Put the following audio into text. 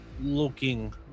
looking